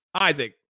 Isaac